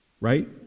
Right